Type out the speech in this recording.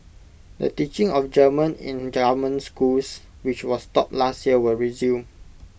the teaching of German in government schools which was stopped last year will resume